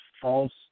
false